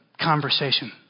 conversation